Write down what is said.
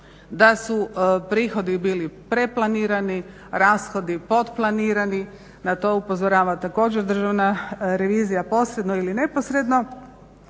da su prihodi bili preplanirani, rashodi potplanirani, na to upozorava također Državna revizija, posredno ili neposredno.